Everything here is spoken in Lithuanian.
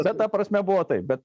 bet ta prasme buvo taip bet